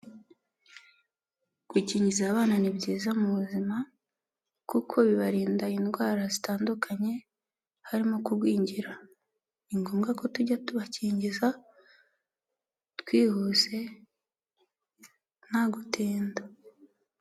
Gukingiza abana ni byiza mu buzima; kuko bibarinda indwara zitandukanye; harimo kugwingira, ni ngombwa ko tujya tubakingiza twihuse, nta gutinda.